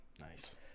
Nice